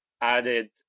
added